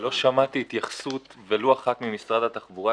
לא שמעתי התייחסות ולו אחת ממשרד התחבורה.